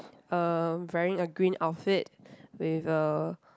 uh wearing a green outfit with a